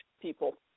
people